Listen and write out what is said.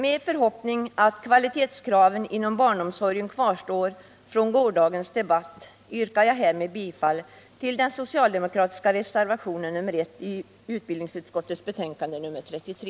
Med förhoppningen att kraven på kvalitet inom barnomsorgen kvarstår från gårdagens debatt yrkar jag härmed bifall till de socialdemokratiska reservationerna 1 och 3 i utbildningsutskottets betänkande nr 33.